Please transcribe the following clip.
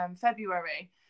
February